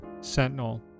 sentinel